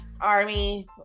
army